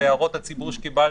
בהערות הציבור שקיבלנו,